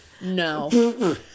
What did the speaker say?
No